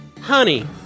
Honey